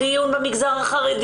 יהיה דיון על המגזר החרדי,